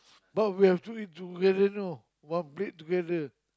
but we have to eat together know one plate together